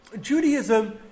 Judaism